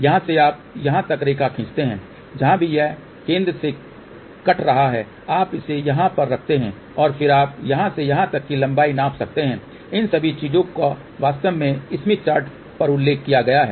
यहाँ से आप यहाँ तक रेखा खींचते हैं जहाँ भी यह केंद्र से कट रहा है आप इसे यहाँ पर रखते हैं और फिर आप यहाँ से यहाँ तक की लम्बाई नाप सकते हैं इन सभी चीजों का वास्तव में स्मिथ चार्ट पर उल्लेख किया गया है